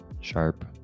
sharp